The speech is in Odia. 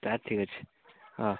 ତା ଠିକ୍ ଅଛି ହଁ